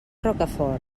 rocafort